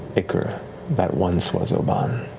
ichor that once was obann.